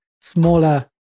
smaller